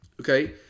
Okay